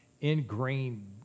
ingrained